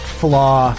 flaw